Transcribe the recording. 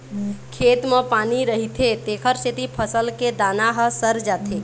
खेत म पानी रहिथे तेखर सेती फसल के दाना ह सर जाथे